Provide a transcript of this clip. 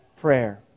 prayer